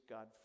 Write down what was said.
God